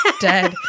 dead